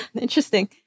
Interesting